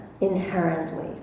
inherently